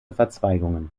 verzweigungen